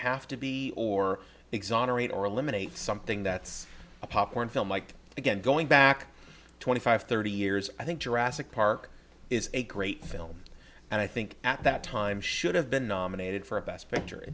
have to be or exonerate or eliminate something that's a popcorn film like again going back twenty five thirty years i think jurassic park is a great film and i think at that time should have been nominated for best pict